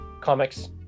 comics